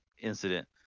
incident